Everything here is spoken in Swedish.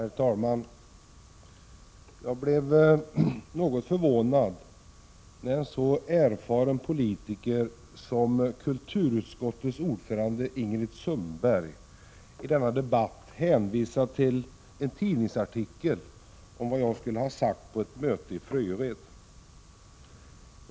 Herr talman! Jag blev något förvånad när en så erfaren politiker som kulturutskottets ordförande Ingrid Sundberg i denna debatt hänvisade till en tidningsartikel om vad jag skulle ha sagt på ett möte i Fröjered.